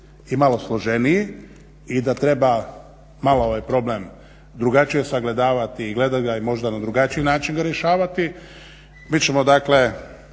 i malo složeniji i da treba malo ovaj problem drugačije sagledavati i gledat ga i možda na drugačiji način ga rješavati. Mi ćemo dakle